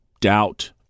doubt